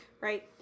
Right